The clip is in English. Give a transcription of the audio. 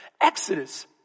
Exodus